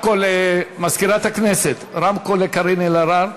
מזכירת הכנסת, מיקרופון לקארין אלהרר.